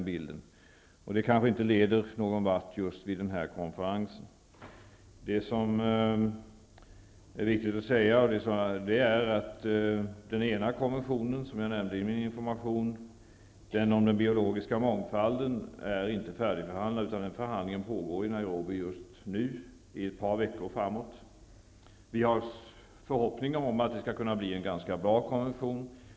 De förnyade förhandlingarna kanske inte leder någon vart just vid den här konferensen. Viktigt är att den ena konventionen som jag nämnde i min information, den om den biologiska mångfalden, inte är färdigbehandlad, utan förhandlingen pågår just nu i Nairobi och kommer att fortsätta i ett par veckor framåt. Vi har förhoppningar om att det skall kunna bli en ganska bra konvention.